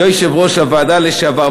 יושב-ראש הוועדה לשעבר,